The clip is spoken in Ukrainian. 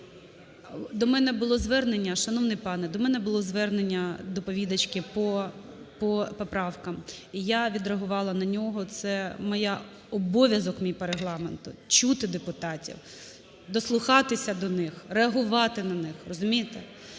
До мене було звернення, шановний пане, до мене було звернення доповідачки по поправкам. І я відреагувала на нього, це обов'язок мій по Регламенту чути депутатів, дослухатися до них, реагувати на них. Розумієте?